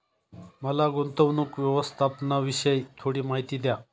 मला गुंतवणूक व्यवस्थापनाविषयी थोडी माहिती द्या